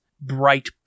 bright